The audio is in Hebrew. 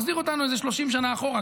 זה מחזיר אותנו איזה 30 שנה אחורה,